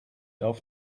auf